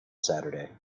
saturday